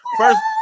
first